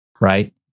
right